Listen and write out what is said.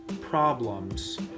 problems